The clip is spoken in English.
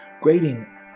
Grading